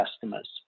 customers